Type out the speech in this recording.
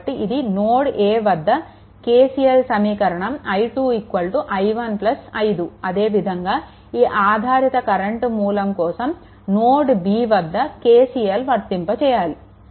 కాబట్టి ఇది మన నోడ్ a వద్ద KCL సమీకరణం i2 i1 5 అదే విధంగా ఈ ఆధారిత కరెంట్ మూలం కోసం నోడ్ B వద్ద KCL వర్తింపజేయాలి